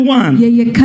one